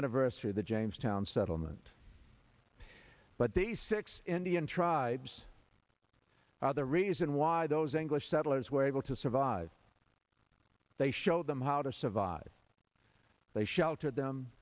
anniversary of the jamestown settlement but the six indian tribes are the reason why those english settlers were able to survive they should told them how to survive they sheltered them